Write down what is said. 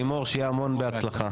לימור, שיהיה המון בהצלחה.